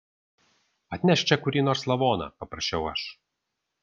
atnešk čia kurį nors lavoną paprašiau aš